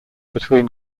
between